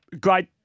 great